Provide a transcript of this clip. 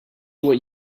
what